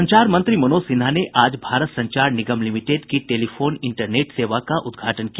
संचार मंत्री मनोज सिन्हा ने आज भारत संचार निगम लिमिटेड की टेलीफोन इंटरनेट सेवा का उद्घाटन किया